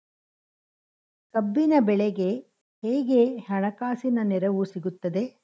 ಕಬ್ಬಿನ ಬೆಳೆಗೆ ಹೇಗೆ ಹಣಕಾಸಿನ ನೆರವು ಸಿಗುತ್ತದೆ?